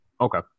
okay